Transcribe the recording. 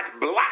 black